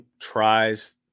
tries